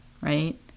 right